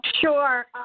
Sure